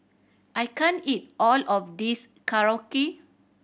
I can't eat all of this Korokke